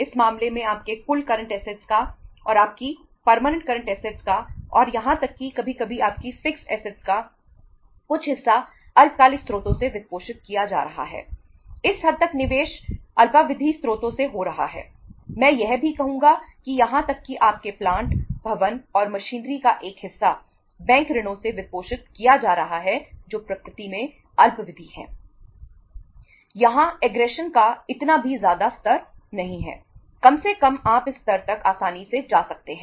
इस मामले में आपके कुल करंट ऐसेटस का एक हिस्सा बैंक ऋणों से वित्तपोषित किया जा रहा है जो प्रकृति में अल्पावधि हैं